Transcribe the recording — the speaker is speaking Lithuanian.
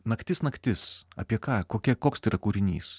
naktis naktis apie ką kokia koks tai yra kūrinys